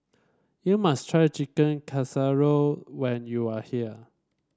you must try Chicken Casserole when you are here